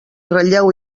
ratlleu